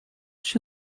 się